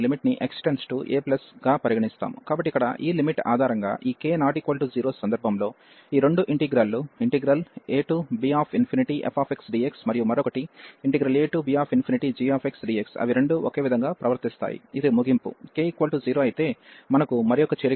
కాబట్టి ఇక్కడ ఈ లిమిట్ ఆధారంగా ఈ k≠0 సందర్భంలో ఈ రెండు ఇంటిగ్రల్ లు ఇంటిగ్రల్ abfxdxమరియు మరొకటి abgxdx అవి రెండు ఒకే విధంగా ప్రవర్తిస్తాయి ఇది ముగింపు